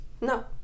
No